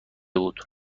بود